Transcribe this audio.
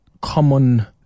Common